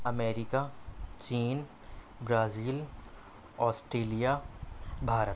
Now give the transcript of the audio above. America چین Brazil Australia Bharat